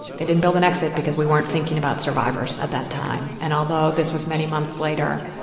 they didn't build an exit because we weren't thinking about survivors at that time. and although this was many months later,